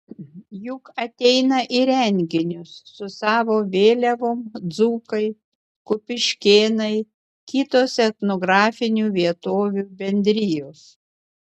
juk ateina į renginius su savo vėliavom dzūkai kupiškėnai kitos etnografinių vietovių bendrijos